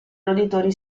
roditori